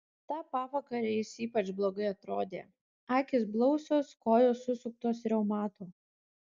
tą pavakarę jis ypač blogai atrodė akys blausios kojos susuktos reumato